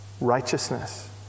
righteousness